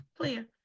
clear